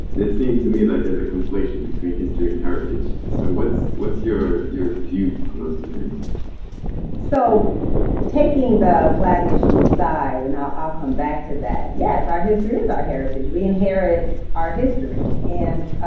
it seems to me like there's a conflation between history and heritage. so what's what's your your view on those two things? hannah-jones so taking the flag issue aside and i'll come back to that yes, our history is our heritage. we inherit our history. and,